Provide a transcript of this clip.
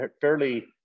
fairly